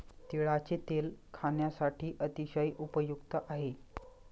तिळाचे तेल खाण्यासाठी अतिशय उपयुक्त आहे